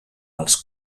als